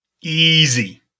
easy